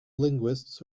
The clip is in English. linguists